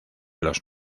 los